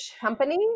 company